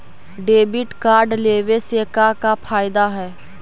Debit card लेवे से का का फायदा है?